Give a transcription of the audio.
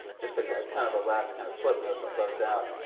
just a kind of last kind of footnote to close out.